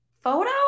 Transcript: photo